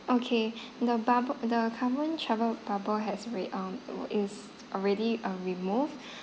okay the bubb~ the current travel bubble has alrea~ um is already um removed